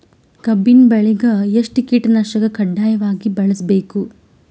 ಕಬ್ಬಿನ್ ಬೆಳಿಗ ಎಷ್ಟ ಕೀಟನಾಶಕ ಕಡ್ಡಾಯವಾಗಿ ಬಳಸಬೇಕು?